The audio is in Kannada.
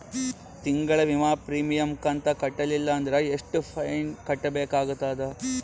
ತಿಂಗಳ ವಿಮಾ ಪ್ರೀಮಿಯಂ ಕಂತ ಕಟ್ಟಲಿಲ್ಲ ಅಂದ್ರ ಎಷ್ಟ ಫೈನ ಕಟ್ಟಬೇಕಾಗತದ?